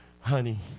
Honey